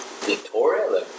Victoria